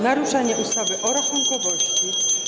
Naruszanie ustawy o rachunkowości.